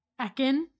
Ekin